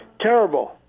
Terrible